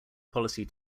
policy